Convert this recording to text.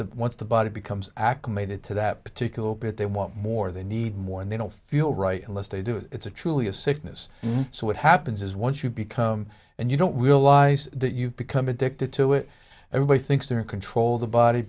the once the body becomes acclimated to that particular opiate they want more they need more and they don't feel right unless they do it's a truly a sickness so what happens is once you become and you don't realize that you've become addicted to it everybody thinks they're in control of the body